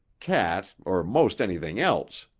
cat or most anything else.